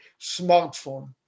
smartphone